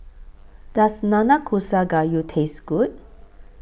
Does Nanakusa Gayu Taste Good